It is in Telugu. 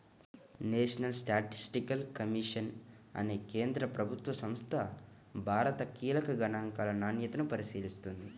నేషనల్ స్టాటిస్టికల్ కమిషన్ అనే కేంద్ర ప్రభుత్వ సంస్థ భారత కీలక గణాంకాల నాణ్యతను పరిశీలిస్తుంది